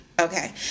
okay